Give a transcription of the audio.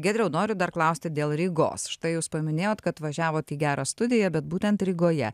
giedriau noriu dar klausti dėl rygos štai jūs paminėjot kad važiavot į gera studija bet būtent rygoje